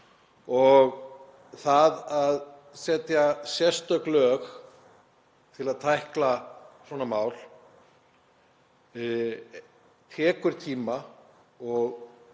Það að setja sérstök lög til að tækla svona mál tekur tíma og